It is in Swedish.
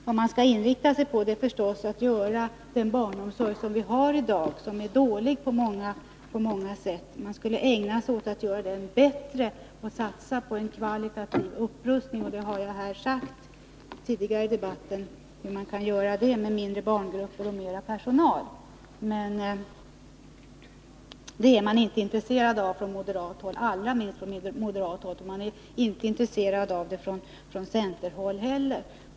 Vad man skall inrikta sig på är förstås att förbättra den barnomsorg som vi har i dag och som på många sätt är dålig samt att satsa på en kvalitativ upprustning. Jag har här tidigare i debatten talat om hur det kan göras — mindre barngrupper och mera personal. Men det är man inte intresserad av, allra minst från moderat håll. Inte heller från centerhåll är man intresserad av det.